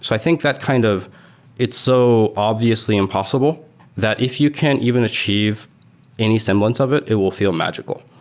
i think that kind of it's so obviously impossible that if you can even achieve any semblance of it, it will feel magical.